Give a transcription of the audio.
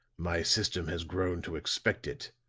my system has grown to expect it,